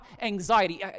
anxiety